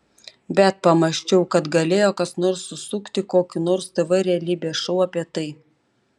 bet pamąsčiau kad galėjo kas nors susukti kokį nors tv realybės šou apie tai